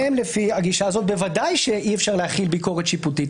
לפי הגישה הזאת בוודאי שעליהן אי-אפשר להחיל ביקורת שיפוטית.